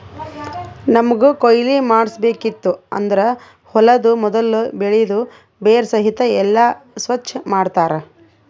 ನಮ್ಮಗ್ ಕೊಯ್ಲಿ ಮಾಡ್ಸಬೇಕಿತ್ತು ಅಂದುರ್ ಹೊಲದು ಮೊದುಲ್ ಬೆಳಿದು ಬೇರ ಸಹಿತ್ ಎಲ್ಲಾ ಸ್ವಚ್ ಮಾಡ್ತರ್